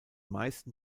meisten